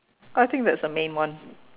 I think that's the main one